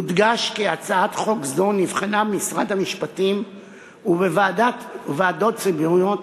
יודגש כי הצעת חוק זו נבחנה במשרד המשפטים ובוועדות ציבוריות,